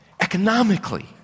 economically